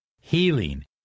healing